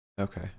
Okay